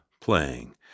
playing